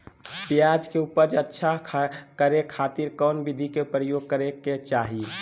प्याज के उपज अच्छा करे खातिर कौन विधि के प्रयोग करे के चाही?